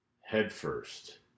headfirst